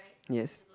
yes